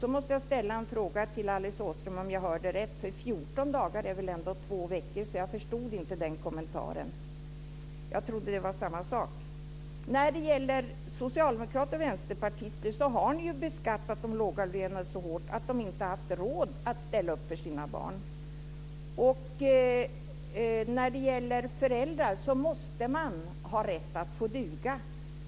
Jag måste ställa en fråga till Alice Åström, om jag hörde rätt. 14 dagar är väl ändå två veckor? Jag trodde att det var samma sak. Jag förstod inte den kommentaren. Socialdemokrater och vänsterpartister har beskattat de lågavlönade så hårt att de inte har haft råd att ställa upp för sina barn. Föräldrar måste ha rätt att få duga.